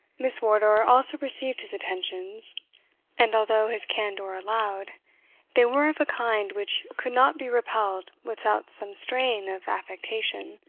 miss wardour also received his attentions and although his candour allowed they were of a kind which could not be repelled without some strain of affectation,